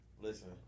Listen